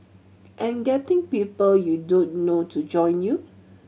and getting people you don't know to join you